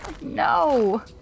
No